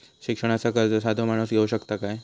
शिक्षणाचा कर्ज साधो माणूस घेऊ शकता काय?